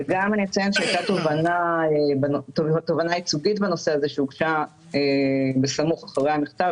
ואני אציין שהייתה תובענה ייצוגית בנושא הזה שהוגשה בסמוך אחרי המכתב,